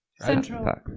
Central